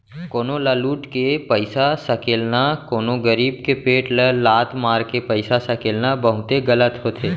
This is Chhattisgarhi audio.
कोनो ल लुट के पइसा सकेलना, कोनो गरीब के पेट ल लात मारके पइसा सकेलना बहुते गलत होथे